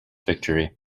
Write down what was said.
victory